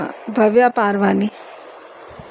Bhavya Parwani